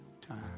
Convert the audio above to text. time